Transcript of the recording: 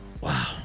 Wow